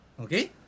okay